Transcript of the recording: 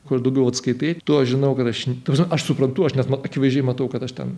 kur daugiau vat skaitai tuo žinau kad aš ta prasme aš suprantu aš nes man akivaizdžiai matau kad aš ten